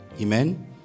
Amen